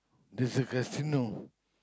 there's a casino